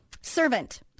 servant